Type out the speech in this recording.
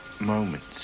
moments